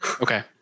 okay